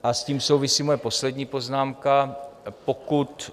A s tím souvisí moje poslední poznámka, pokud...